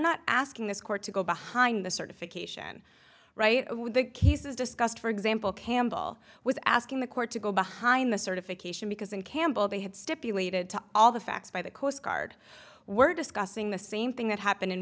not asking this court to go behind the certification right he says discussed for example campbell was asking the court to go behind the certification because in campbell they had stipulated to all the facts by the coast guard were discussing the same thing that happened in